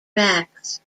tracks